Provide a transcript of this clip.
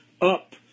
up